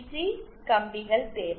C கம்பிகள் தேவை